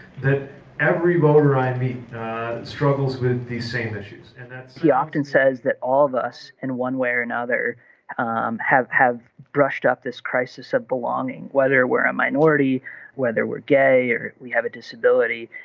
every voter i meet struggles with these same issues and he often says that all of us in one way or another um have have brushed up this crisis of belonging whether we're a minority whether we're gay or we have a disability.